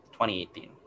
2018